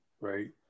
right